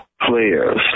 players